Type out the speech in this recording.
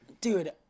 dude